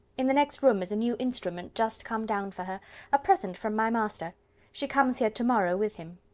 in the next room is a new instrument just come down for her a present from my master she comes here to-morrow with him.